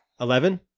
Eleven